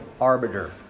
arbiter